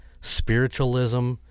spiritualism